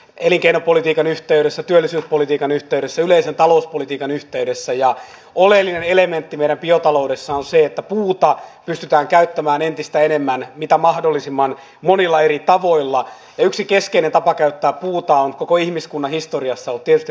elinkeinopolitiikan yhteydessä työllisyyspolitiikan yhteydessä yleisen talouspolitiikan yhteydessä ja oleellinen elementti meidän biotaloudessa on se että puuta pystytään käyttämään entistä enemmän mitä mahdollisimman monilla eri tavoilla yksi keskeinen tapa käyttää uutta on koko ihmiskunnan historiassa on tietty